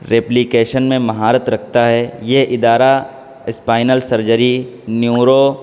replication میں مہارت رکھتا ہے یہ ادارہ اسپائنل سرجری نیورو